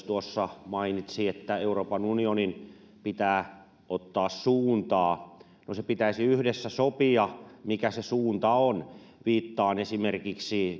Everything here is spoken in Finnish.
tuossa mainitsi että euroopan unionin pitää ottaa suuntaa no se pitäisi yhdessä sopia mikä se suunta on viittaan esimerkiksi